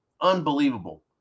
Unbelievable